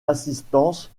assistance